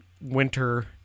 winter